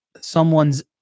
someone's